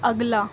اگلا